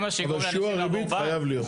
אבל שיעור הריבית חייב להיות.